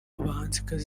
bahanzikazi